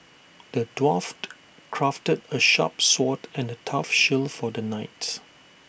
the dwarf crafted A sharp sword and A tough shield for the knight